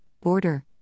border